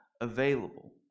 available